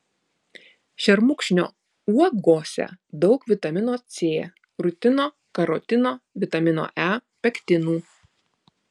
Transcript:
šermukšnio uogose daug vitamino c rutino karotino vitamino e pektinų